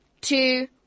two